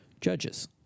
judges